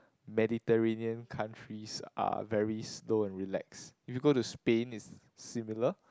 Mediterranean countries are very slow and relax if you go to Spain is similar